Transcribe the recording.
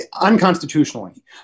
unconstitutionally